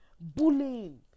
bullying